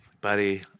buddy